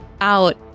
out